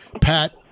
Pat